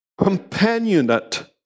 companionate